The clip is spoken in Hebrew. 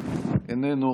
איננו,